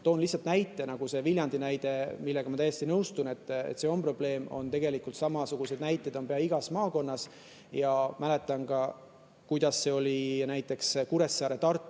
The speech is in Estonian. Toon lihtsalt näite. Selle Viljandi näitega ma täiesti nõustun, see on probleem, ja tegelikult samasuguseid näiteid on pea igas maakonnas. Mäletan ka, kuidas oli näiteks Kuressaare-Tartu